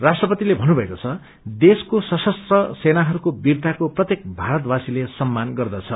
राष्ट्रपतिले भन्नुभएको छ देशको सशस्त्र सेनाइयको वीरताको प्रत्येक भारतवासीले सम्मान गर्दछ